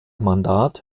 mandat